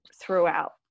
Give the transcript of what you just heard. throughout